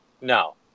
no